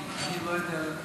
כי אני לא יודע לשלוף